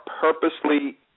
purposely